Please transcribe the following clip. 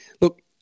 look